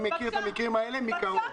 אני מכיר את המקרים האלה מקרוב.